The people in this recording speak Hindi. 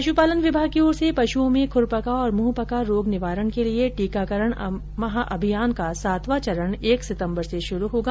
पश्पालन विभाग की ओर से पश्ओं में खुरपका और मुहपका रोग निवारण के लिए टीकाकरण महाभियान का सातवां चरण एक सितम्बर से शुरू होगा